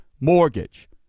mortgage